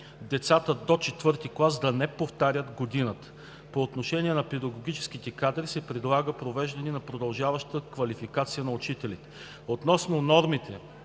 -„децата до IV да не повтарят годината“. По отношение на педагогическите кадри се предлага провеждане на продължаващата квалификация на учителите. Относно нормите,